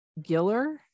Giller